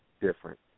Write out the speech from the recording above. different